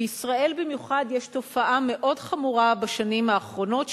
בישראל במיוחד יש תופעה מאוד חמורה בשנים האחרונות,